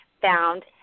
found